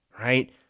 right